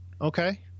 okay